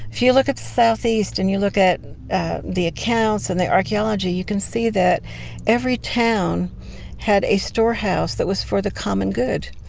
if you look at the southeast and you look at the accounts and the archaeology, you can see that every town had a storehouse that was for the common good.